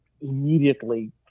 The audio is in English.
immediately